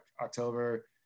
October